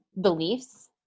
beliefs